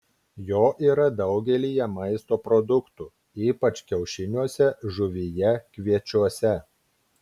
jo yra daugelyje maisto produktų ypač kiaušiniuose žuvyje kviečiuose